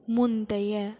முந்தைய